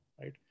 right